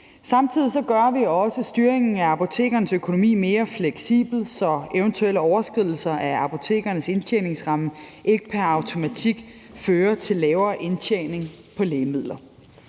Samtidig gør vi også styringen af apotekernes økonomi mere fleksibel, så eventuelle overskridelser af apotekernes indtjeningsramme ikke pr. automatik fører til lavere indtjening på lægemidler.